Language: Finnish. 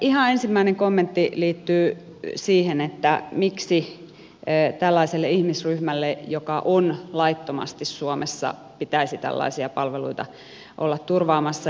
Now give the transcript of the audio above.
ihan ensimmäinen kommentti liittyy siihen että miksi tällaiselle ihmisryhmälle joka on laittomasti suomessa pitäisi tällaisia palveluita olla turvaamassa